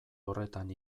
horretan